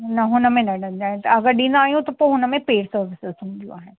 न हुनमें न अगरि ॾींदा आहियूं त पोइ हुनमें पे सर्विस सां सम्झो आहे